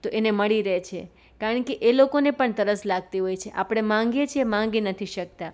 તો એને મળી રહે છે કારણકે એ લોકોને પણ તરસ લાગતી હોય છે આપણે માંગીએ છે એ માંગી નથી શકતા